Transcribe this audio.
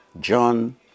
John